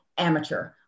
Amateur